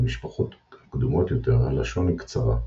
במשפחות הקדומות יותר הלשון היא קצרה,